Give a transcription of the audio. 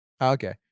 Okay